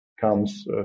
comes